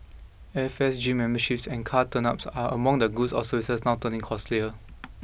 airfares gym memberships and car tuneups are among the goods or services now turning costlier